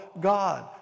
God